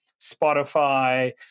Spotify